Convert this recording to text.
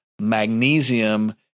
magnesium